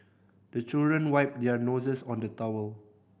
the children wipe their noses on the towel